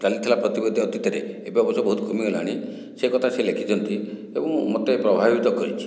ଚାଲିଥିଲା ପ୍ରତିପତି ଅତୀତରେ ଏବେ ଅବଶ୍ୟ ବହୁତ କମି ଗଲାଣି ସେ କଥା ସେ ଲେଖିଛନ୍ତି ଏବଂ ମୋତେ ପ୍ରଭାବିତ କରିଛି